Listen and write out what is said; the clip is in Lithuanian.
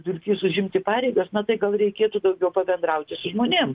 dulkys užimti pareigas na tai gal reikėtų daugiau pabendrauti su žmonėm